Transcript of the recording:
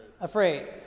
afraid